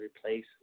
replace